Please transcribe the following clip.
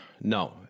no